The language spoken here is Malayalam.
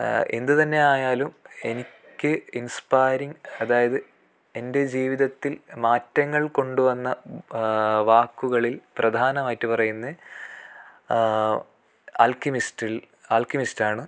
എന്ത് തന്നെ ആയാലും എനിക്ക് ഇൻസ്പെയറിങ്ങ് അതായത് എൻ്റെ ജീവിതത്തിൽ മാറ്റങ്ങൾ കൊണ്ട് വന്ന വാക്കുകളിൽ പ്രധാനമായിറ്റ് പറയുന്നത് ആൽക്കെമിസ്റ്റിൽ ആൽക്കെമിസ്റ്റാണ്